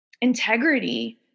integrity